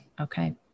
Okay